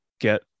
get